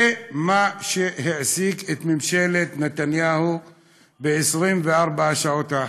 זה מה שהעסיק את ממשלת נתניהו ב-24 השעות האחרונות.